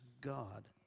God